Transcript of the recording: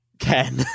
Ken